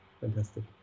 Fantastic